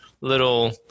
little